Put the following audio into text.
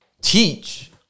teach